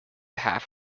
half